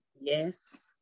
Yes